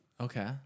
Okay